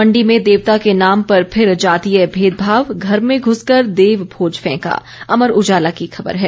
मंडी में देवता के नाम पर फिर जातीय भेदभाव घर में घूसकर देव भोज फेंका अमर उजाला की खबर है